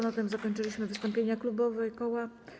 Na tym zakończyliśmy wystąpienia klubowe i koła.